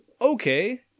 Okay